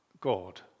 God